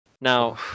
Now